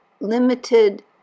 limited